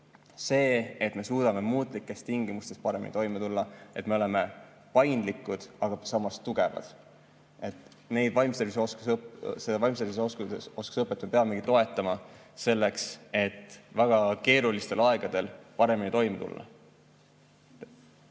See, et me suudame muutlikes tingimustes paremini toime tulla, et me oleme paindlikud, aga samas tugevad. Nende vaimse tervise oskuste õpet peamegi toetama, selleks et väga keerulistel aegadel paremini toime tulla.